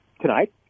tonight